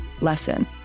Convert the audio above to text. lesson